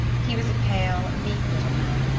he was a pale, meek little man,